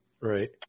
right